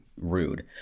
rude